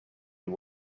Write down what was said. you